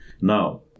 Now